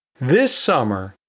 this summer,